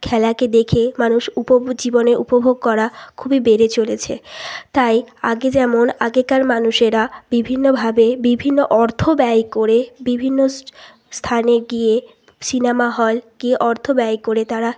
খেলাকে দেখে মানুষ উপ জীবনে উপভোগ করা খুবই বেড়ে চলেছে তাই আগে যেমন আগেকার মানুষেরা বিভিন্নভাবে বিভিন্ন অর্থ ব্যয় করে বিভিন্ন সু স্থানে গিয়ে সিনেমা হল গিয়ে অর্থ ব্যয় করে তারা